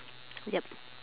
yup